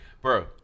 bro